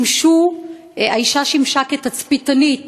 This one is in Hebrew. האישה שימשה כתצפיתנית